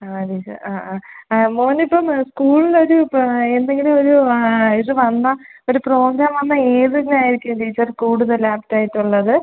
ആ ടീച്ചർ ആ ആ മോൻ ഇപ്പം സ്കൂളിലൊരു പാ എന്തെങ്കിലും ഒരു ആ ഇത് വന്നാൽ ഒര് പ്രോഗ്രാം വന്നാൽ ഏതിനായിരിക്കും ടീച്ചർ കൂടുതൽ ആപ്റ്റായിട്ട് ഉള്ളത്